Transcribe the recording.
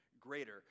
greater